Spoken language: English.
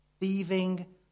thieving